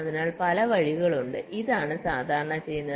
അതിനാൽ പല വഴികളുണ്ട് ഇതാണ് സാധാരണ ചെയ്യുന്നത്